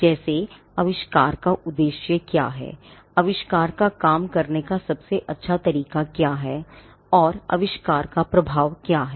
जैसे आविष्कार का उद्देश्य क्या है आविष्कार का काम करने का सबसे अच्छा तरीका क्या है और आविष्कार का प्रभाव क्या है